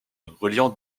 reliant